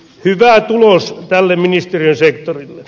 hyvä tulos tälle ministeriön sektorille